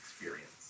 experience